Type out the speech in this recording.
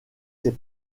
ses